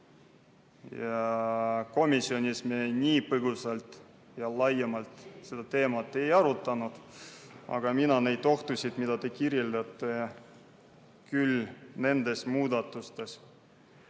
Komisjonis me nii põhjalikult ja laiemalt seda teemat ei arutanud. Aga mina neid ohtusid, mida te kirjeldate, küll nendes muudatustes,